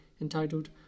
entitled